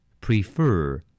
Prefer